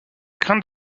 crainte